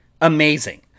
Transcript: amazing